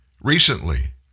Recently